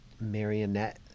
marionette